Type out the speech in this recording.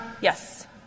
Yes